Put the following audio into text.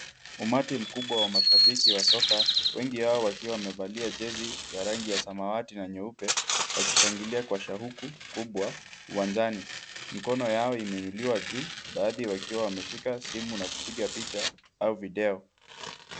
Umati mkubwa wa mashabiki wa soka ,wengi wao wakiwa wamevalia jezi ya rangi ya samawati na nyeupe wakishangilia kwa shauku kubwa uwanjani , mikono yao imeinuliwa juu baadhi wakiwa wameshika simu na kupiga picha au video.